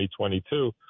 2022 –